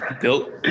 built